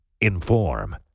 inform